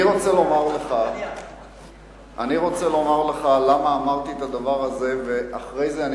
אני רוצה לומר לך למה אמרתי את הדבר הזה ואחרי זה אני